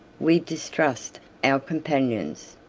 we distrust our companions.